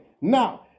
Now